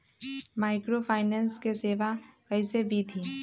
Microfinance के सेवा कइसे विधि?